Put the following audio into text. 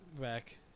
back